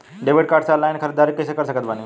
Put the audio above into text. Debit card से online ख़रीदारी कैसे कर सकत बानी?